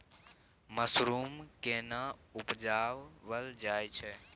Mushroom केना उबजाबल जाय छै?